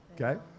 Okay